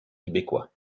québécois